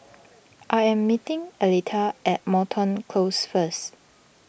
I am meeting Aletha at Moreton Close first